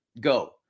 go